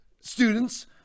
students